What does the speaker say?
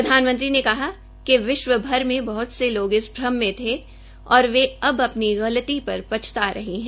प्रधानमंत्री ने कहा कि विश्वभर में बहृत से लोग इस भ्रम में थे और वे अब अपनी गलती पर पछता रहे है